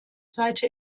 seite